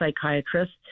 psychiatrist